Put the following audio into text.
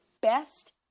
best